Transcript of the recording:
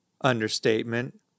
Understatement